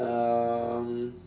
um